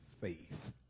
faith